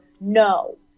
no